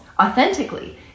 authentically